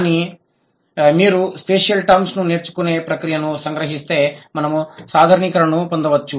కాబట్టి మీరు spatial terms ను నేర్చుకునే ప్రక్రియను సంగ్రహిస్తే మనము సాధారణీకరణను పొందవచ్చు